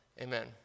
amen